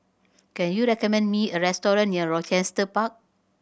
can you recommend me a restaurant near Rochester Park